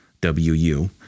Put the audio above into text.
W-U